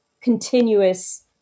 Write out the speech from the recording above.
continuous